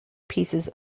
pieces